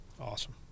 Awesome